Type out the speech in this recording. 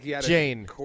Jane